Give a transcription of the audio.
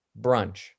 Brunch